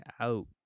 out